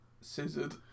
scissored